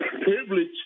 privilege